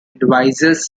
advertisers